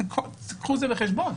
קחו את זה בחשבון.